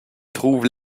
trouve